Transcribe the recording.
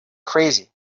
crazy